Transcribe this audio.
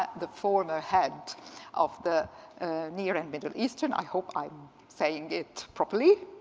ah the former head of the near and middle eastern. i hope i'm saying it properly,